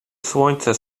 słońce